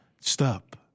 Stop